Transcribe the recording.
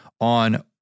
on